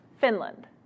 Finland